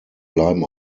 bleiben